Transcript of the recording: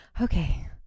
okay